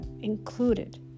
included